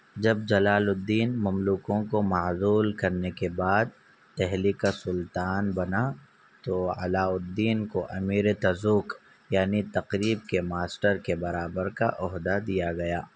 جب جلال الدین مملاکوں کو معزول کرنے کے بعد دہلی کا سلطان بنا تو علاؤ الدین کو امیر تزوک یعنی تقریب کے ماسٹر کے برابر کا عہدہ دیا گیا